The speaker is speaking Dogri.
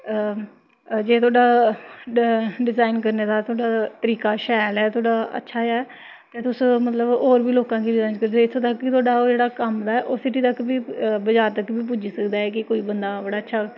जे तोआडा डिजाईन करने दा तोआडा तरीका शैल ऐ तोआडा अच्छा ऐ ते तुस मतलब होर बी लोकां गी इत्थूं तक जेह्ड़ा कम्म ऐ ओह् सिटी तक बजार तक बी पुज्जी सकदा ऐ कि कोई बंदा बड़ा अच्छा